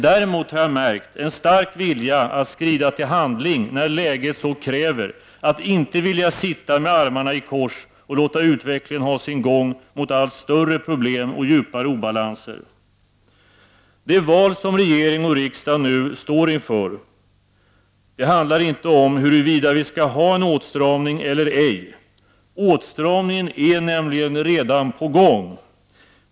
Däremot har jag märkt en stark vilja att skrida till handling när läget så kräver, att inte vilja sitta med armarna i kors och låta utvecklingen ha sin gång mot allt större problem och djupare obalanser. Det val som regering och riksdag nu står inför handlar inte om huruvida vi skall ha en åtstramning eller ej. Åtstramningen är nämligen redan på gång.